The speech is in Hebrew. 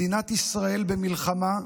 מדינת ישראל במלחמה,